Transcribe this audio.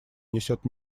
несет